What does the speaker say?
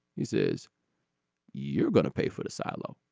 he says you're gonna pay for the silo.